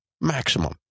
maximum